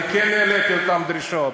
אני כן העליתי אותן דרישות.